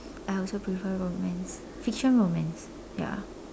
I also prefer romance fiction romance ya